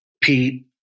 Pete